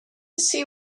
see